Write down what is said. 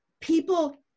people